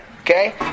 okay